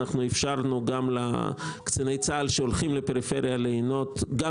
אפשרנו גם לקציני צה"ל שהולכים לפריפריה ליהנות גם